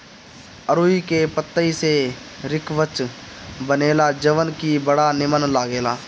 अरुई के पतई से रिकवच बनेला जवन की बड़ा निमन लागेला